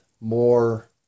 more